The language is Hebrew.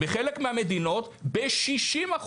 בחלק מהמדינות ב-60%,